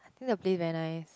then the place very nice